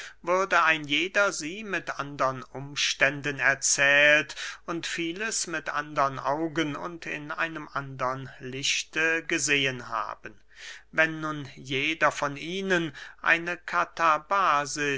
würde ein jeder sie mit andern umständen erzählt und vieles mit andern augen und in einem andern lichte gesehen haben wenn nun jeder von ihnen eine